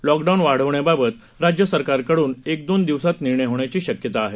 lockdown वाढवण्याबाबत राज्यसरकारकडून एक दोन दिवसात निर्णय होण्याची शक्यता आहे